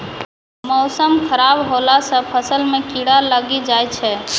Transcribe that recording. मौसम खराब हौला से फ़सल मे कीड़ा लागी जाय छै?